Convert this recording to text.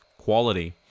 quality